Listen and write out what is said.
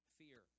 fear